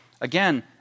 Again